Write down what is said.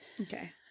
Okay